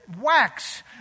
wax